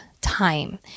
time